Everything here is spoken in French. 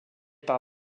par